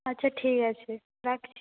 আচ্ছা ঠিক আছে রাখছি